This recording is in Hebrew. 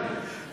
הוא סיפר לי,